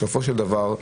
בסופו של דבר,